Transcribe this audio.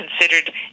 considered